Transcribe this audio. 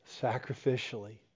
sacrificially